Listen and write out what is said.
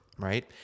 Right